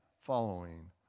following